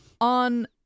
on